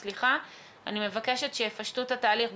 אני מבקשת שיפשטו את התהליך,